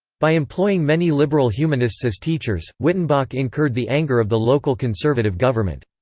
by employing many liberal humanists as teachers, wyttenbach incurred the anger of the local conservative government.